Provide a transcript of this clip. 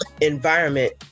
environment